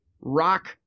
rock